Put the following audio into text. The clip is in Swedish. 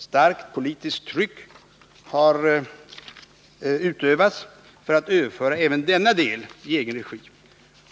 Starkt politiskt tryck har utövats för att överföra även denna del i egen regi.